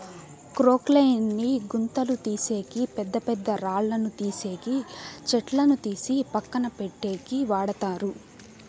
క్రొక్లేయిన్ ని గుంతలు తీసేకి, పెద్ద పెద్ద రాళ్ళను తీసేకి, చెట్లను తీసి పక్కన పెట్టేకి వాడతారు